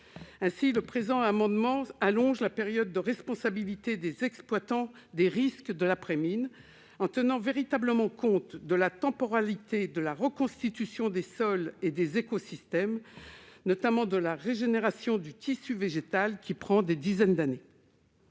Aussi le présent amendement vise-t-il à allonger la période de responsabilité des exploitants au regard des risques de l'après-mine, en tenant compte de la temporalité réelle de reconstitution des sols et des écosystèmes, notamment de la régénération du tissu végétal, qui s'étend sur des dizaines d'années.